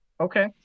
Okay